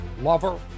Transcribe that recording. lover